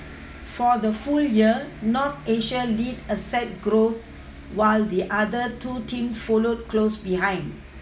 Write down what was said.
for the full year North Asia led asset growth while the other two teams followed close behind